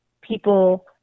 people